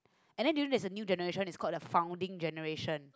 and then during there is a new generation is called the founding generation